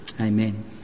Amen